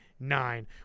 Nine